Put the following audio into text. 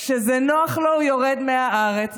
כשזה נוח לו הוא יורד מהארץ,